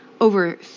over